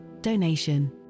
donation